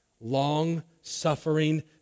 Long-suffering